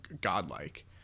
godlike